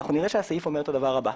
נראה שהוא אומר את הדבר הבא: